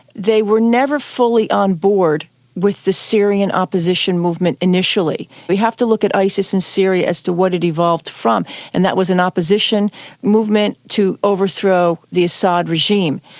they were never fully on board with the syrian opposition movement initially. we have to look at isis in syria as to what it evolved from and that was an opposition movement to overthrow the assad regime.